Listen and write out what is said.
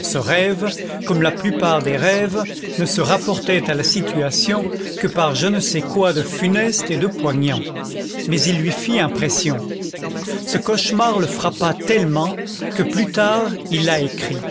ce rêve comme la plupart des rêves ne se rapportait à la situation que par je ne sais quoi de funeste et de poignant mais il lui fit impression ce cauchemar le frappa tellement que plus tard il l'a écrit